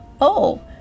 Oh